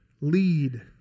Lead